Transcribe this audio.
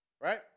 Right